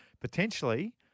potentially